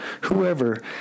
whoever